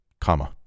Comma